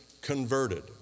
converted